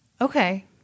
Okay